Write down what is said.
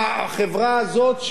החברה הזאת,